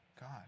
God